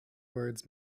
words